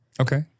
Okay